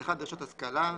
דרישות השכלה,